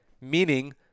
meaning